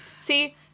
see